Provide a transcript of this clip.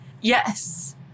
Yes